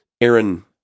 Aaron